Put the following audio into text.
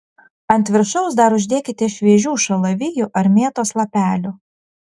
ant viršaus dar uždėkite šviežių šalavijų ar mėtos lapelių